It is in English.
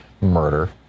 murder